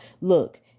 look